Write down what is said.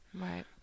Right